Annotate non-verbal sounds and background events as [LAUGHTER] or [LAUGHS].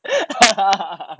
[LAUGHS]